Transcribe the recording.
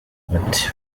bati